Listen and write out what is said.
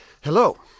Hello